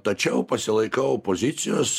tačiau pasilaikau pozicijos